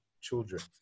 children